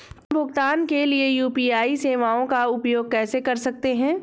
हम भुगतान के लिए यू.पी.आई सेवाओं का उपयोग कैसे कर सकते हैं?